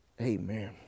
Amen